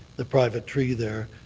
the private tree there.